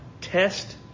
Test